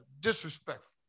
disrespectful